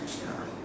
ya